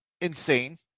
insane